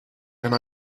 and